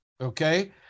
okay